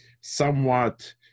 Somewhat